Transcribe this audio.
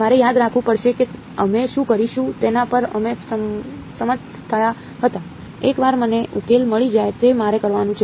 મારે યાદ રાખવું પડશે કે અમે શું કરીશું તેના પર અમે સંમત થયા હતા એકવાર મને ઉકેલ મળી જાય તે મારે કરવાનું છે